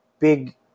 big